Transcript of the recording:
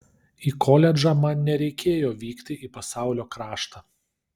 į koledžą man nereikėjo vykti į pasaulio kraštą